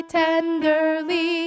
tenderly